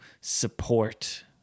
support